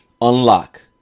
unlock